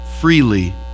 freely